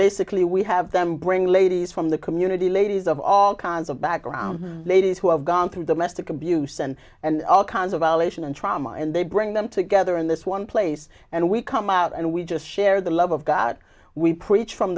basically we have them bring ladies from the community ladies of all kinds of background ladies who have gone through the mystic abuse and and all kinds of violation and trauma and they bring them together in this one place and we come out and we just share the love of god we preach from